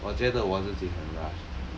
我觉得我自己很 rush